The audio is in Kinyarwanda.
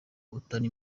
atari